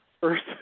First